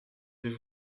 vais